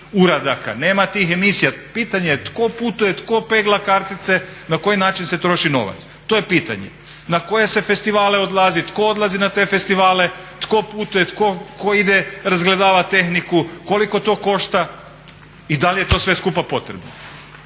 nema tih emisija, pitanje je tko putuje, tko pegla kartice, na koji način se troši novac, to je pitanje. Na koje se festivale odlazi, tko odlazi na te festivale, tko putuje, tko ide razgledavati tehniku, koliko to košta i da li je to sve skupa potrebno?